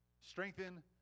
Strengthen